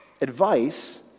Advice